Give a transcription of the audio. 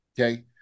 Okay